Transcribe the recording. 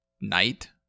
night